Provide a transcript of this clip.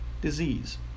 disease